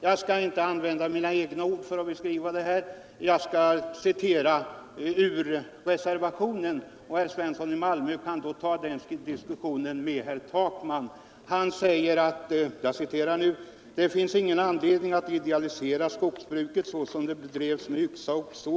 Jag skall inte använda mina egna ord för att beskriva detta, utan jag skall citera ur reservationen, och herr Svensson i Malmö kan då ta en diskussion med herr Takman, som i sin reservation säger: arbetet så som det bedrevs med yxa och såg.